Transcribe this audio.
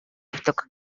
өгдөг